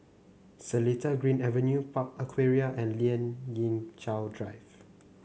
Seletar Green Avenue Park Aquaria and Lien Ying Chow Drive